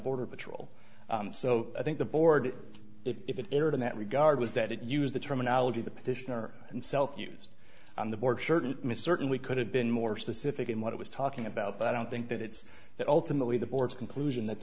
border patrol so i think the board if it in that regard was that it use the terminology the petitioner and self use on the border certainly miss certainly could have been more specific in what it was talking about but i don't think that it's that ultimately the board's conclusion that